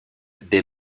des